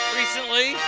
recently